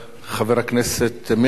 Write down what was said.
מי המציעים?